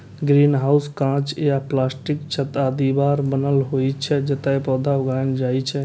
greenhouse कांच या प्लास्टिकक छत आ दीवार सं बनल होइ छै, जतय पौधा उगायल जाइ छै